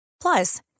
plus